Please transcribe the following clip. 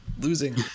losing